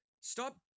Stop